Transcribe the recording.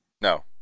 No